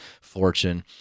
fortune